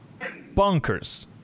bonkers